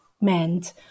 meant